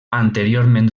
anteriorment